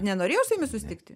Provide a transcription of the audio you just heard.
nenorėjo su jumis susitikti